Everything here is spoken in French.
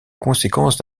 conséquence